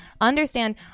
understand